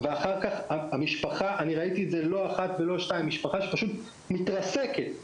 ואחר כך המשפחה פשוט מתרסקת.